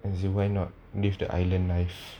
as in why not live the island life